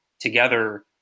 together